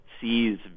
sees